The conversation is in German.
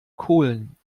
kohlen